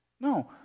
No